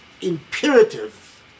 imperative